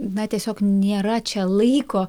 na tiesiog nėra čia laiko